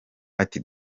ati